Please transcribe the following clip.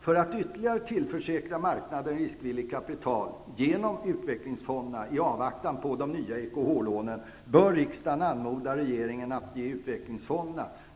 För att med hjälp av utvecklingsfonderna ytterligare tillförsäkra marknaden riskvilligt kapital -- i avvaktan på de nya EKH-lånen -- bör riksdagen anmoda regeringen att